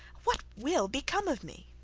what will become of me